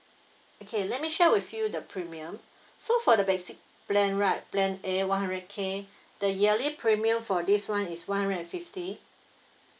okay let me share with you the premium so for the basic plan right plan a one hundred K the yearly premium for this [one] is one hundred and fifty